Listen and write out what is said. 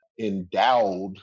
endowed